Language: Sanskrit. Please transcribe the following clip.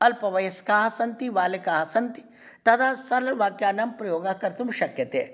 अल्पवयस्काः सन्ति बालकाः सन्ति तदा सरलवाक्यानां प्रयोगः कर्तुं शक्यते